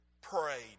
prayed